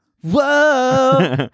Whoa